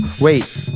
Wait